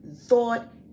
thought